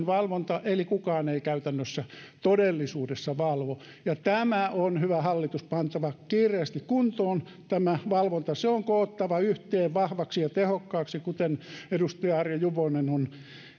valvonta eli kukaan ei käytännössä todellisuudessa valvo ja tämä on hyvä hallitus pantava kiireesti kuntoon valvonta on koottava yhteen vahvaksi ja tehokkaaksi kuten edustaja arja juvonen on